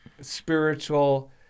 spiritual